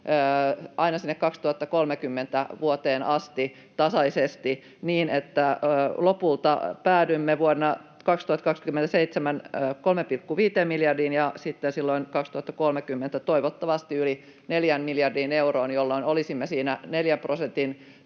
aina sinne 2030 vuoteen asti tasaisesti niin, että lopulta päädyimme vuonna 2027 3,5 miljardiin ja sitten silloin 2030 toivottavasti yli neljään miljardiin euroon, jolloin olisimme siinä neljän prosentin